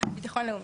ביטחון לאומי.